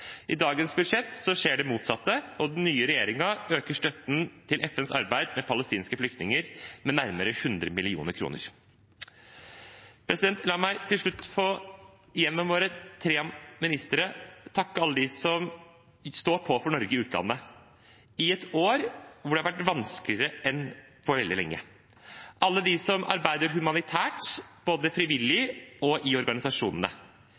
motsatte. Den nye regjeringen øker støtten til FNs arbeid med palestinske flyktninger med nærmere 100 mill. kr. La meg til slutt gjennom våre tre ministere få takke alle dem som står på for Norge i utlandet, i et år hvor det har vært vanskeligere enn på veldig lenge – alle dem som arbeider humanitært, både frivillig og i organisasjonene,